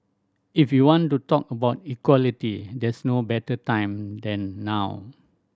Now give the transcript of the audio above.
if you want to talk about equality there's no better time than now